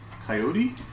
Coyote